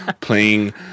playing